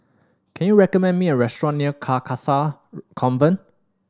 can you recommend me a restaurant near Carcasa Convent